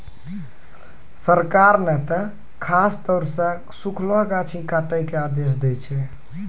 सरकार नॅ त खासतौर सॅ सूखलो गाछ ही काटै के आदेश दै छै